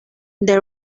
the